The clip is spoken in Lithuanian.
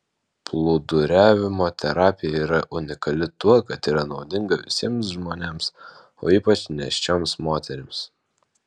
plūduriavimo terapija yra unikali tuo kad yra naudinga visiems žmonėms o ypač nėščioms moterims